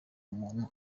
umuntu